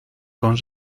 con